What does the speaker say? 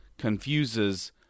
Confuses